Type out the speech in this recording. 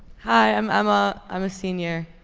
hi. um i'm ah i'm a senior.